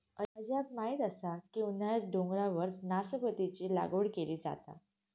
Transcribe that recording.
अजयाक माहीत असा की उन्हाळ्यात डोंगरावर नासपतीची लागवड केली जाता